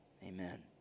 Amen